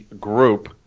group